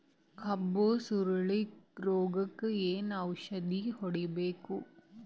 ಕಬ್ಬು ಸುರಳೀರೋಗಕ ಏನು ಔಷಧಿ ಹೋಡಿಬೇಕು?